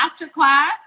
masterclass